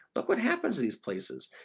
look what happens to these places,